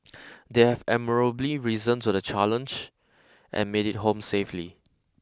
they have admirably risen to the challenge and made it home safely